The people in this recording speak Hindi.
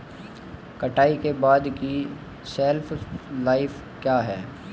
कटाई के बाद की शेल्फ लाइफ क्या है?